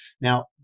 Now